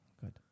Good